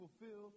fulfill